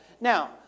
Now